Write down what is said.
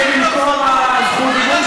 זה יהיה במקום זכות הדיבור שלך?